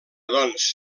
doncs